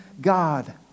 God